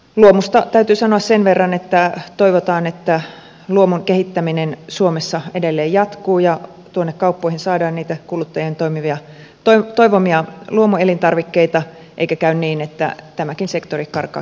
luomusta täytyy sanoa sen verran että toivotaan että luomun kehittäminen suomessa edelleen jatkuu ja tuonne kauppoihin saadaan niitä kuluttajien toivomia luomuelintarvikkeita eikä käy niin että tämäkin sektori karkaa kilpailussa ulkomaille